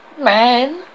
man